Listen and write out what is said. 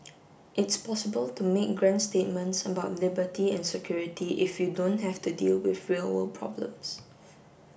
it's possible to make grand statements about liberty and security if you don't have to deal with real world problems